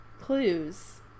Clues